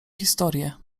historię